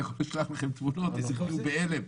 אני אשלח לכם תמונות ותהיו בהלם.